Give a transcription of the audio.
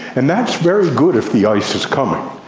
and that's very good if the ice is coming,